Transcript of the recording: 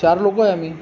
चार लोक आहे आम्ही